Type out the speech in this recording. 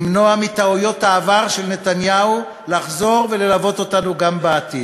למנוע מטעויות העבר של נתניהו לחזור וללוות אותנו גם בעתיד.